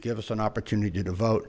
give us an opportunity to vote